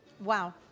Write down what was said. Wow